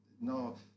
No